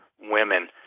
women